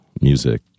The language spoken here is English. music